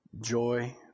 joy